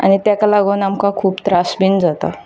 आनी ताका लागून आमकां खूब त्रास बी जाता